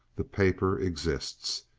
the paper exists.